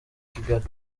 kigali